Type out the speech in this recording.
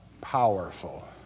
Powerful